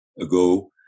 ago